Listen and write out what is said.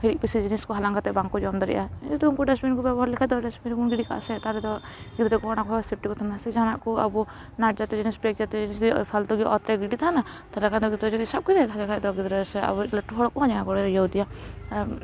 ᱦᱤᱨᱤᱡ ᱯᱟᱥᱤᱨ ᱡᱤᱱᱤᱥ ᱠᱚ ᱦᱟᱞᱟᱝ ᱠᱟᱛᱮ ᱵᱟᱝ ᱠᱚ ᱡᱚᱢ ᱫᱟᱲᱮᱭᱟᱜᱼᱟ ᱡᱮᱦᱮᱛᱩ ᱩᱱᱠᱩ ᱰᱟᱥᱵᱤᱱ ᱠᱚ ᱵᱮᱵᱚᱨᱟ ᱞᱮᱠᱷᱟᱡ ᱫᱚ ᱰᱟᱥᱵᱤᱱ ᱨᱮᱵᱚᱱ ᱜᱤᱰᱤᱠᱟᱜᱼᱟ ᱥᱮ ᱛᱟᱦᱚᱞᱮ ᱫᱚ ᱜᱤᱫᱽᱨᱟᱹ ᱠᱚ ᱚᱠᱟ ᱠᱷᱚᱱ ᱥᱮᱯᱴᱤ ᱠᱚ ᱛᱟᱦᱮᱸᱱᱟ ᱥᱮ ᱡᱟᱦᱟᱸ ᱱᱟᱜ ᱠᱚ ᱟᱵᱚ ᱯᱷᱟᱞᱛᱩ ᱜᱮ ᱚᱛ ᱛᱮ ᱜᱤᱰᱤ ᱛᱟᱦᱮᱱᱟ ᱛᱟᱦᱚᱞᱮ ᱠᱷᱟᱱ ᱫᱚ ᱡᱚᱛᱚ ᱡᱩᱫᱤ ᱥᱟᱵ ᱠᱮᱫᱟ ᱛᱟᱦᱚᱞᱮ ᱠᱷᱟᱡ ᱫᱚ ᱜᱤᱫᱽᱨᱟᱹ ᱥᱮ ᱟᱵᱭᱤᱡ ᱞᱟᱹᱴᱩ ᱦᱚᱲ ᱠᱚᱦᱚᱸ ᱡᱟᱦᱟᱸ ᱠᱚᱨᱮ ᱤᱭᱟᱹ ᱟᱫᱮᱭᱟ